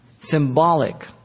symbolic